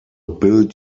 build